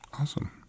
Awesome